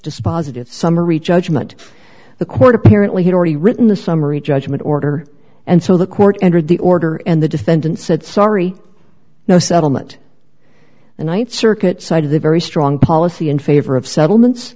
dispositive summary judgment the court apparently had already written the summary judgment order and so the court entered the order and the defendant said sorry no settlement the th circuit side of the very strong policy in favor of settlements